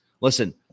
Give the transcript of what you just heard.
Listen